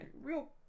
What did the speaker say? Real